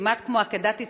כמעט כמו עקדת יצחק,